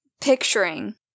picturing